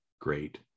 great